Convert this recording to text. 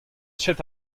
ket